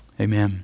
Amen